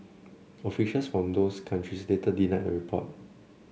officials from those countries later denied the report